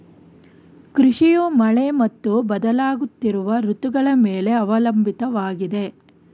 ಕೃಷಿಯು ಮಳೆ ಮತ್ತು ಬದಲಾಗುತ್ತಿರುವ ಋತುಗಳ ಮೇಲೆ ಅವಲಂಬಿತವಾಗಿದೆ